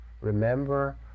Remember